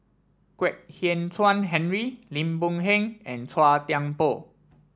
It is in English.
Kwek Hian Chuan Henry Lim Boon Heng and Chua Thian Poh